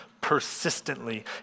Persistently